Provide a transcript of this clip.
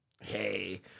hey